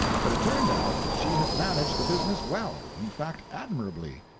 but it turned out that she had managed the business well in fact, admirably.